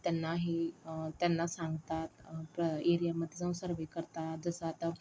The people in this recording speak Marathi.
त्यांना हे त्यांना सांगतात एरियामध्ये जाऊन सर्व्हे करतात जसं आता